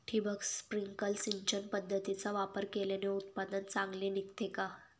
ठिबक, स्प्रिंकल सिंचन पद्धतीचा वापर केल्याने उत्पादन चांगले निघते का?